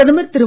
பிரதமர் திரு